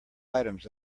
items